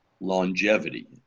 longevity